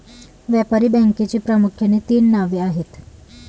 व्यापारी बँकेची प्रामुख्याने तीन नावे आहेत